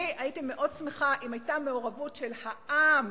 אני הייתי מאוד שמחה אם היתה מעורבות של העם